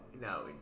no